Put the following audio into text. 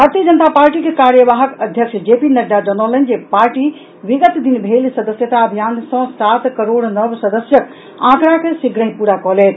भारतीय जनता पार्टीक कार्यवाहक अध्यक्ष जे पी नड्डा जनौलनि जे पार्टी विगत दिन भेल सदस्यता अभियान सॅ सात करोड़ नव सदस्यक आँकड़ा के शीघ्रहि प्ररा कऽ लेत